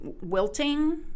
wilting